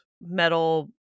metal